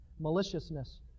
maliciousness